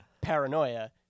paranoia